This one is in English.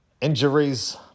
Injuries